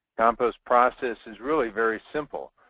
compost process is really very simple.